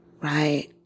Right